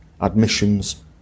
admissions